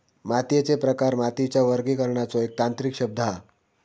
मातीयेचे प्रकार मातीच्या वर्गीकरणाचो एक तांत्रिक शब्द हा